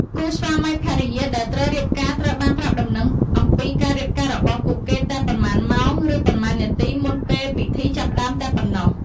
គូស្វាមីភរិយាដែលត្រូវរៀបការត្រូវបានប្រាប់ដំណឹងអំពីការរៀបការរបស់ពួកគេតែប៉ុន្មានម៉ោងឬប៉ុន្មាននាទីមុនពេលពិធីចាប់ផ្តើមតែប៉ុណ្ណោះ។